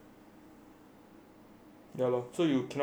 ya loh oh so you cannot really S_U anything loh